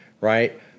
right